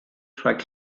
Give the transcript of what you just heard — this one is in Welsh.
rhag